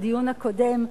בדיון הקודם,